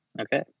Okay